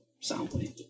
soundly